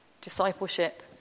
discipleship